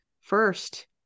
first